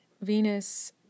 Venus